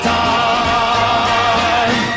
time